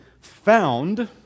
found